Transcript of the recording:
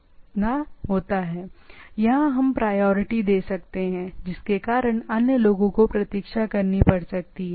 मैं कह सकता हूं कि इस तरह का पैकेट एक प्रायोरिटी दे सकता है या अन्य लोग प्रतीक्षा कर सकते हैं